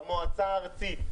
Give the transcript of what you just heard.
במועצה הארצית.